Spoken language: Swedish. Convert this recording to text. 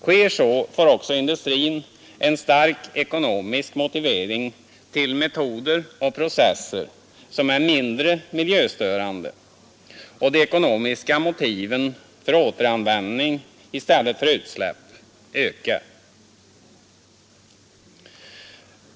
Sker så får också industrin en stark ekonomisk motivering till metoder och processer som är mindre miljöstörande, och de ekonomiska motiven för återanvändning i stället för utsläpp ökar.